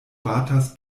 batas